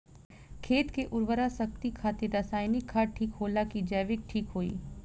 खेत के उरवरा शक्ति खातिर रसायानिक खाद ठीक होला कि जैविक़ ठीक होई?